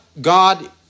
God